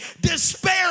despair